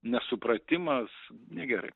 nesupratimas negerai